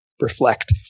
reflect